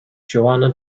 johanna